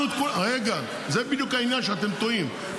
רגע, זה בדיוק העניין, שאתם טועים.